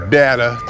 data